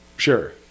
Sure